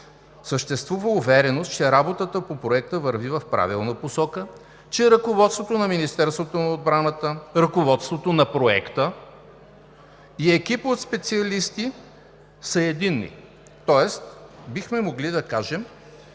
съществува увереност, че работата по Проекта върви в правилна посока, че ръководството на Министерството на отбраната, ръководството на Проекта и екипът от специалисти са единни, тоест бихме могли да кажем,